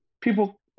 people